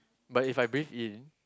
but if I breathe in